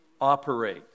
operate